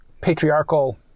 patriarchal